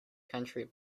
county